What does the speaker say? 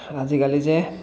আজিকালি যে